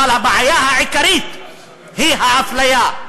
אבל הבעיה העיקרית היא האפליה,